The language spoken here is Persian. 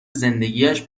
زندگیاش